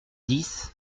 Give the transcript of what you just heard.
dix